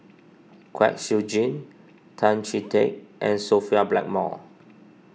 Kwek Siew Jin Tan Chee Teck and Sophia Blackmore